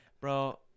bro